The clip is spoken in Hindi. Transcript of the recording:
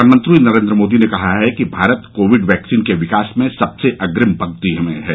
प्रधानमंत्री नरेन्द्र मोदी ने कहा है कि भारत कोविड वैक्सीन के विकास में सबसे अग्रिम पंक्ति में है